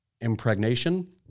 impregnation